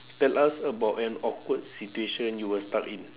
tell us about an awkward situation you were stuck in